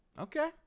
Okay